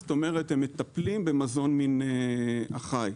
כלומר הם מטפלים במזון מן החי.